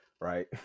right